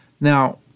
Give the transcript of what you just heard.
Now